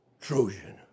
Trojan